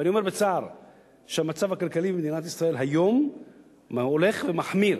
ואני אומר בצער שהמצב הכלכלי במדינת ישראל היום הולך ומחמיר